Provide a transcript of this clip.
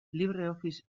libreoffice